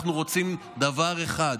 אנחנו רוצים דבר אחד: